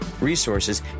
resources